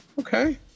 Okay